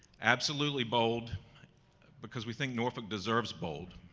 absolutely bold because we think norfolk deserves bold.